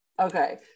okay